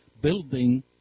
building